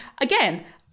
again